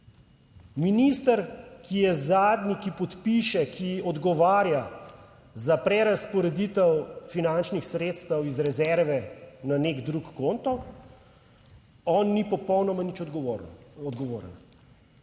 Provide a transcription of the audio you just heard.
Minister, ki je zadnji, ki podpiše, ki odgovarja za prerazporeditev finančnih sredstev iz rezerve na nek drug konto, on ni popolnoma nič odgovoren,